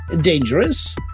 Dangerous